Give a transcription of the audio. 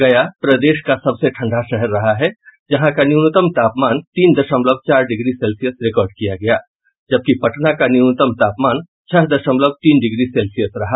गया प्रदेश का सबसे ठंड शहर रहा है जहां का न्यूनतम तापमान तीन दशमलव चार डिग्री सेल्यिस रिकार्ड किया गया जबकि पटना का न्यूनतम तापमान छह दशमलव तीन डिग्री सेल्यिस रहा